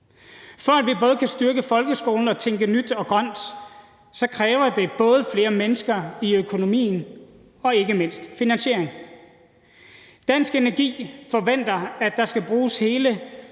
For at vi både kan styrke folkeskolen og tænke nyt og grønt, kræver det både flere mennesker i økonomien og ikke mindst finansiering. Dansk Energi forventer, at der skal bruges hele